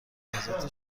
لحظات